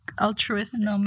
Altruistic